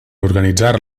organitzar